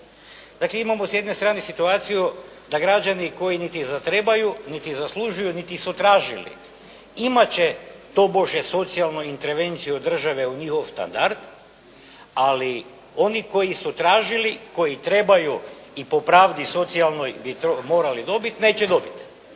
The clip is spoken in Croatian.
Dakle imamo s jedne strane situaciju da građani koji niti zatrebaju, niti zaslužuju, niti su tražili, imati će tobože socijalnu intervenciju od države u njihov standard, ali oni koji su tražili, koji trebaju i po pravdi socijalnoj bi to morali dobiti, neće dobiti.